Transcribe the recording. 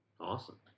Awesome